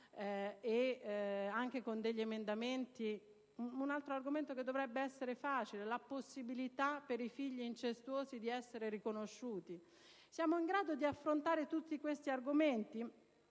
e anche con degli emendamenti, un altro argomento che dovrebbe essere facile da affrontare è la possibilità per i "figli incestuosi" di essere riconosciuti. Siamo in grado di affrontare tutti questi argomenti?